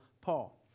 Paul